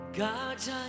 God's